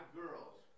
girls